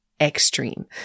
extreme